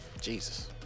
jesus